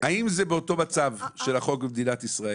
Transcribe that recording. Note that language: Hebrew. האם זה באותו מצב של החוק במדינת ישראל?